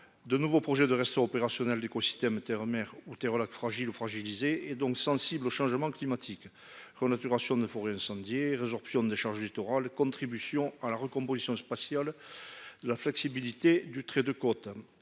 De nouveaux projets de rester opérationnel d'écosystèmes terre-mer ou fragile ou fragilisées et donc sensibles aux changements climatiques renaturation de forêts incendiées résorption de charges littoral contribution à la recomposition spatiale. La flexibilité du trait de côte